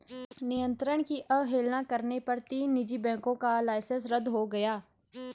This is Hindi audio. नियंत्रण की अवहेलना करने पर तीन निजी बैंकों का लाइसेंस रद्द हो गया